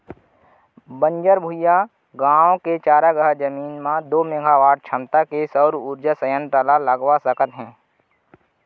बंजर भुइंयाय गाँव के चारागाह जमीन म दू मेगावाट छमता के सउर उरजा संयत्र ल लगवा सकत हे